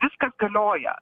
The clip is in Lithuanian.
viskas galioja